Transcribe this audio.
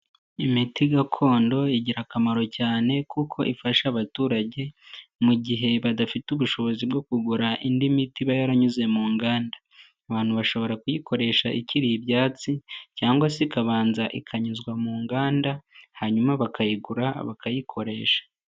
Imiti gakondo igira akamaro cyane kuko ifasha abaturage mu gihe badafite ubushobozi bwo kugura indi miti iba yaranyuze mu nganda. Abantu bashobora kuyikoresha ikiri ibyatsi cyangwa se ikabanza ikanyuzwa mu nganda, hanyuma bakayigura bakayikoresha.